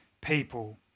people